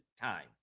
time